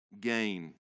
gain